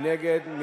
מי נגד?